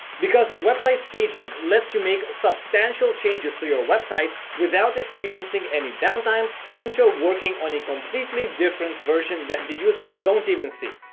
because, website staging lets you make substantial changes to your website without experiencing any downtime since you're working on a completely different version that the users don't even see.